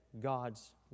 God's